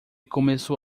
começou